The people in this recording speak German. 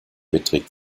beträgt